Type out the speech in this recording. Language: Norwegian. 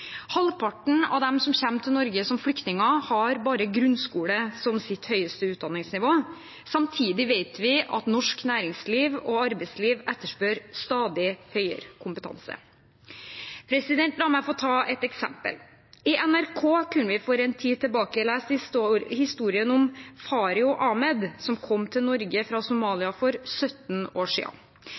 Halvparten av de som kommer til Norge som flyktninger, har bare grunnskole som sitt høyeste utdanningsnivå. Samtidig vet vi at norsk næringsliv og arbeidsliv etterspør stadig høyere kompetanse. La meg få ta et eksempel. På nrk.no kunne vi for en tid tilbake lese historien om Farhiyo Ahmed, som kom til Norge fra Somalia for 17 år